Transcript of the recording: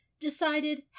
decided